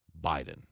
biden